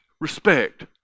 respect